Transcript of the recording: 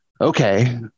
okay